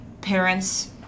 parents